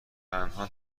تنها